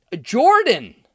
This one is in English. Jordan